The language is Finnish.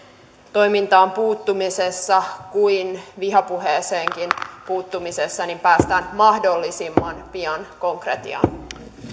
toimintaan puuttumisessa kuin vihapuheeseenkin puuttumisessa päästään mahdollisimman pian konkretiaan